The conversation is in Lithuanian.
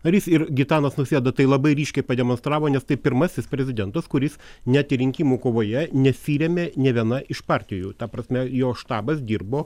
ar jis ir gitanas nausėda tai labai ryškiai pademonstravo nes tai pirmasis prezidentas kuris net ir rinkimų kovoje nesirėmė nė viena iš partijų ta prasme jo štabas dirbo